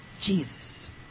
Jesus